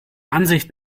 ansicht